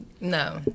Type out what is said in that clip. no